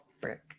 brick